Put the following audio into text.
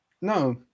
No